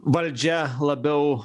valdžia labiau